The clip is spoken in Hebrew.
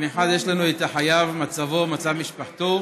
גיסא יש לנו את החייב, מצבו ומצב משפחתו,